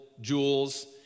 jewels